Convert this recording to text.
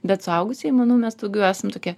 bet suaugusieji manau mes daugiau esam tokie